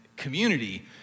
community